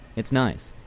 it's nice.